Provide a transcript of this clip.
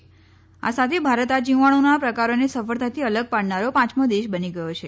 આ સાથે ભારત આ જીવાણુના પ્રકારોને સફળતાથી અલગ પાડનારો પાંચમો દેશ બની ગયો છે